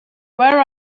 where